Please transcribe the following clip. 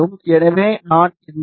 எனவே நான் இந்த டி